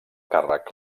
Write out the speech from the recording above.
càrrec